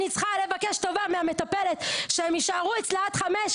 אני צריכה לבקש טובה מהמטפלת שהם יישארו אצלה עד חמש,